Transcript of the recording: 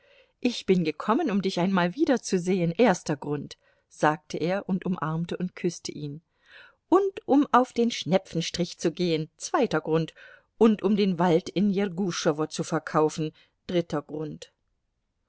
ich bin gekommen um dich einmal wiederzusehen erster grund sagte er und umarmte und küßte ihn und um auf den schnepfenstrich zu gehen zweiter grund und um den wald in jerguschowo zu verkaufen dritter